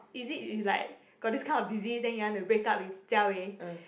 is it like got this kind of disease then you want to break up with jia wei